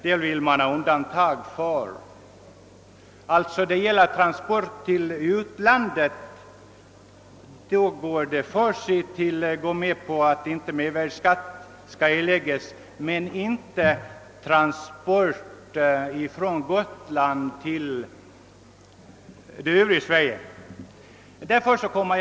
Man vill alltså ha undantag för transport till utlandet men inte då det gäller transport från Gotland till det övriga Sverige.